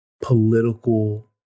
political